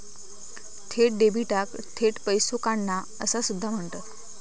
थेट डेबिटाक थेट पैसो काढणा असा सुद्धा म्हणतत